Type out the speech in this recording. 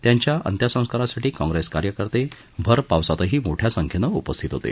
त्यांच्या अंत्यसंस्कारासाठी काँग्रेस कार्यकर्ते भर पावसातही मोठया संख्येनं उपस्थित होते